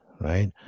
right